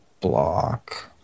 Block